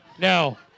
No